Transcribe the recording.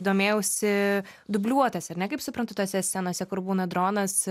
domėjausi dubliuotas ar ne kaip suprantu tose scenose kur būna dronas